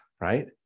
right